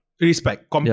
Respect